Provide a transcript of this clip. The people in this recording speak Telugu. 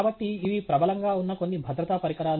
కాబట్టి ఇవి ప్రబలంగా ఉన్న కొన్ని భద్రతా పరికరాలు